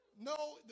No